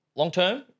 Long-term